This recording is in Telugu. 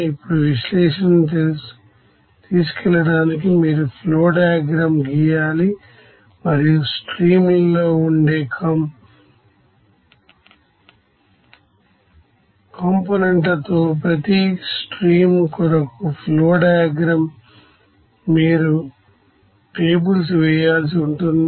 ఇప్పుడు విశ్లేషణను తీసుకెళ్లడానికి మీరు ఫ్లో డయాగ్రమ్ గీయాలి మరియు స్ట్రీమ్ లో ఉండే కాంపోనెంట్లతో ప్రతి స్ట్రీమ్ కొరకు ఫ్లో డయాగ్రమ్ మీద మీరు లేబుల్ వేయాల్సి ఉంటుంది